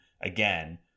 again